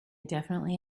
definitely